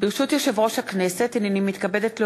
ברשות יושב-ראש הכנסת, הנני מתכבדת להודיעכם,